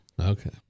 Okay